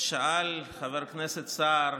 שאל חבר הכנסת סער,